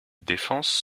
défense